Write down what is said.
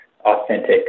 authentic